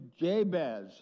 Jabez